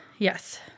Yes